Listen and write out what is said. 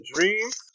Dreams